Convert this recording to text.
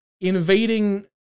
invading